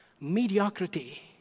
mediocrity